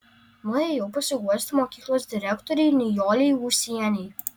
nuėjau pasiguosti mokyklos direktorei nijolei ūsienei